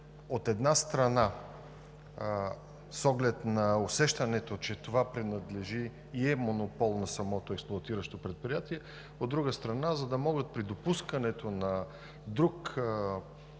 от една страна, с оглед на усещането, че това принадлежи и е монопол на самото експлоатиращо предприятие, от друга страна, за да могат при допускането на друг